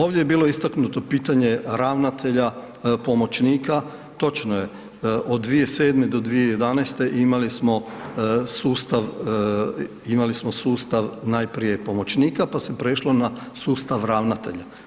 Ovdje je bilo istaknuto pitanje ravnatelja, pomoćnika, točno je, od 2007. do 2011. imali smo sustav, imali smo sustav, najprije pomoćnika, pa se prešlo na sustav ravnatelja.